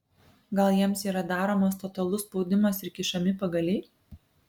gal jiems yra daromas totalus spaudimas ir kišami pagaliai